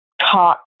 talk